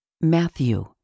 Matthew